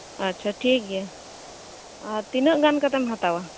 ᱟᱪ ᱪᱷᱟ ᱴᱷᱤᱠ ᱜᱮᱭᱟ ᱟᱨ ᱛᱤᱱᱟᱹᱜ ᱜᱟᱱ ᱠᱟᱛᱮᱢ ᱦᱟᱛᱟᱣᱟ